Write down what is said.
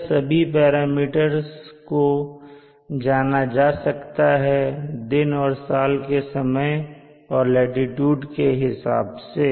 यह सभी पैरामीटर्स को जाना जा सकता है दिन और साल के समय और लाटीट्यूड के हिसाब से